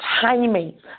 timing